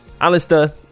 Alistair